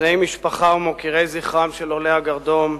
בני משפחה ומוקירי זכרם של עולי הגרדום,